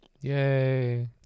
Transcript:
Yay